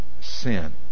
sin